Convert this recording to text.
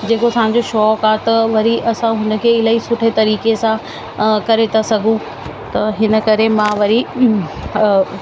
जेको पंहिंजो शौक़ु आहे त वरी असां हुन खे इलाही सुठे तरीक़े सां करे था सघूं त हिन करे मां वरी